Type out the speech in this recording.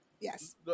Yes